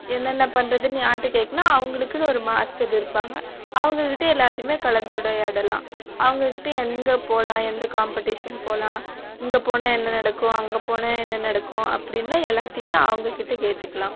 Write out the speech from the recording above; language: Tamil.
என்னென்ன பண்ணுறதுன்னு யார்கிட்ட கேட்குனா அவங்களுக்குனு ஒரு மாஸ்டர் இருப்பாங்க அவங்கக்கிட்டையே எல்லாத்தையுமே கலந்து உரையாடலாம் அவங்கக்கிட்டையே எங்கே போகலாம் எந்த காம்பெடிஷன் போகலாம் இங்கே போனால் என்ன நடக்கும் அங்கே போனால் என்ன நடக்கும் அப்படின்லாம் எல்லாத்தையுமே அவங்கக்கிட்ட கேட்டுக்கலாம்